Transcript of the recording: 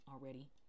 already